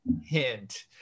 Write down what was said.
hint